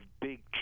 big